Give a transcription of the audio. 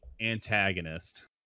antagonist